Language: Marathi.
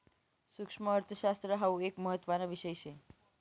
सुक्ष्मअर्थशास्त्र हाउ एक महत्त्वाना विषय शे